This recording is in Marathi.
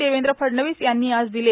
देवेंद्र फडणवीस यांनी आज दिले